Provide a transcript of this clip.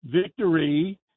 victory